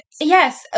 Yes